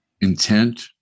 intent